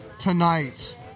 tonight